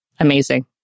Amazing